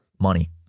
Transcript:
money